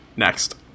Next